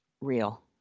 real